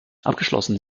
abgeschlossen